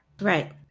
Right